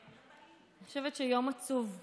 אני חושבת שיום עצוב לכולנו,